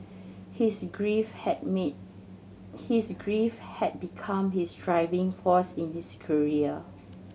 his grief had me his grief had become his driving force in his career